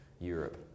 Europe